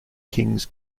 kings